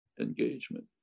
engagement